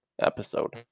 episode